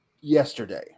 yesterday